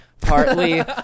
partly